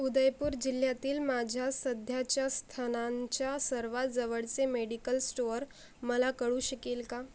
उदयपूर जिल्ह्यातील माझ्या सध्याच्या स्थानांच्या सर्वात जवळचे मेडिकल स्टोअर मला कळू शकेल का